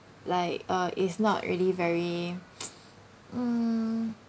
like uh it's not really very mm